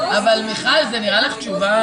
נורמלית?